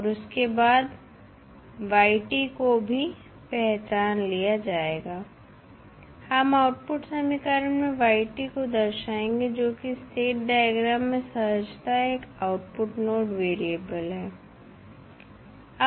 और इसके बाद आउटपुट को भी पहचान लिया जाएगा हम आउटपुट समीकरण में को दर्शाएंगे जो की स्टेट डायग्राम में सहजतः एक आउटपुट नोड वेरिएबल है